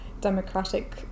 democratic